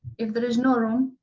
if there is no room,